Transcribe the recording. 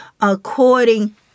according